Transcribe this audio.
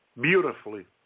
beautifully